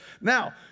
now